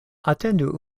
atendu